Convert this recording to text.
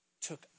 took